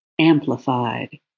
amplified